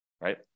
right